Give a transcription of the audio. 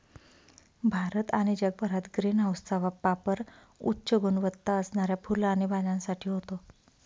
भारत आणि जगभरात ग्रीन हाऊसचा पापर उच्च गुणवत्ता असणाऱ्या फुलं आणि भाज्यांसाठी होतो